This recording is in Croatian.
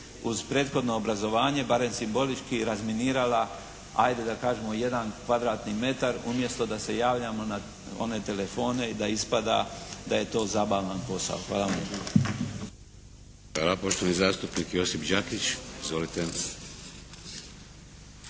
uz prethodno obrazovanje barem simbolički razminirala ajde da kažemo jedan kvadratni metar, umjesto da se javljamo na one telefone i da ispada da je to zabavan posao. Hvala vam